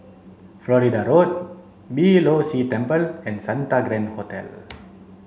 Florida Road Beeh Low See Temple and Santa Grand Hotel